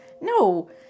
No